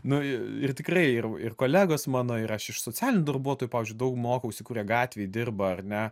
na ir tikrai ir ir kolegos mano ir aš iš socialinių darbuotojų pavyzdžiui daug mokausi kurie gatvėj dirba ar ne